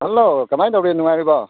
hello ꯀꯃꯥꯏ ꯇꯧꯒꯦ ꯅꯨꯡꯉꯥꯏꯔꯤꯕꯣ